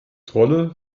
trolle